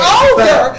older